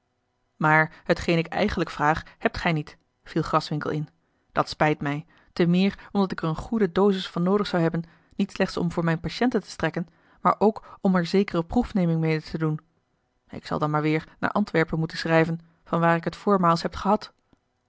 maar hetgeen ik eigenlijk vraag hebt gij niet viel graswinckel in dat spijt mij te meer omdat ik er eene goede dosis van noodig zou hebben niet slechts om voor mijne patiënten te strekken maar ook om er zekere proefneming mede te doen ik zal dan maar weêr naar antwerpen moeten schrijven van waar ik het voormaals heb gehad